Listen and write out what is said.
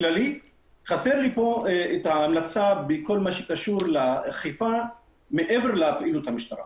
חסרה לי ההמלצה בכל מה שקשור לאכיפה מעבר לפעילות המשטרה.